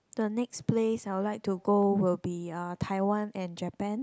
the next place I would like to go will be uh Taiwan and Japan